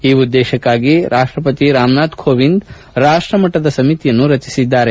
ಈ ಉದ್ದೇಶಕ್ಕಾಗಿ ರಾಷ್ಟಪತಿ ರಾಮನಾಥ್ ಕೋವಿಂದ್ ರಾಷ್ಟಮಟ್ಟದ ಸಮಿತಿಯನ್ನು ರಚನೆ ಮಾಡಿದ್ದಾರೆ